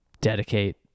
dedicate